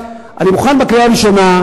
אני מוכן לקראת הקריאה הראשונה,